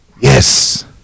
Yes